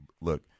Look